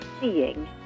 seeing